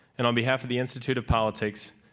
and on behalf of the institute of politics,